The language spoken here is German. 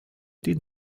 die